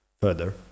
further